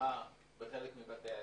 מצלמה בחלק מבתי העסק,